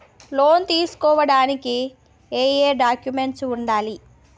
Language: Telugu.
లోన్ తీసుకోడానికి ఏయే డాక్యుమెంట్స్ వుండాలి?